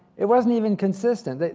it wasn't even consistent.